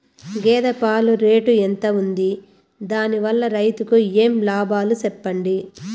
గేదె పాలు రేటు ఎంత వుంది? దాని వల్ల రైతుకు ఏమేం లాభాలు సెప్పండి?